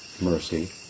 mercy